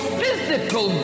physical